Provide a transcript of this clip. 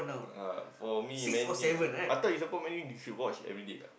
uh for me Man-U ah I thought if you support Man-U you should watch everyday [what]